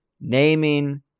naming